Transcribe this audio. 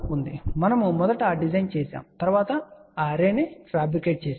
కాబట్టి మనము మొదట ఆ డిజైన్ చేసాము ఆ తరువాత ఈ అర్రే ఫ్యాబ్రికేట్ చేయబడింది